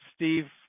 Steve